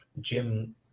Jim